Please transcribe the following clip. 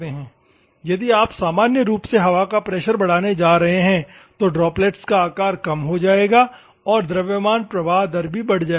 यदि आप सामान्य रूप से हवा का प्रेशर बढ़ाने जा रहे हैं तो ड्रॉप्लेट्स का आकार कम हो जाएगा और द्रव्यमान प्रवाह दर भी बढ़ जाएगी